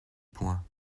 point